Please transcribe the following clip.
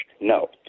No